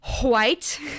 white